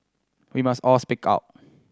we must all speak out